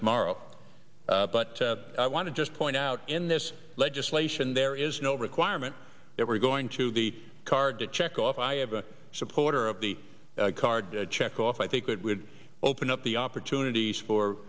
tomorrow but i want to just point out in this legislation there is no requirement that we're going to be card to check off i have a supporter of the card check off i think that would open up the opportunities for